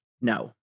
No